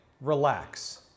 relax